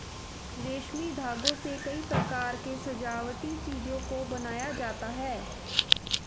रेशमी धागों से कई प्रकार के सजावटी चीजों को बनाया जाता है